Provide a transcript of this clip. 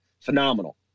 phenomenal